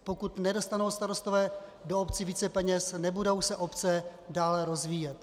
Pokud nedostanou starostové do obcí více peněz, nebudou se obce dále rozvíjet.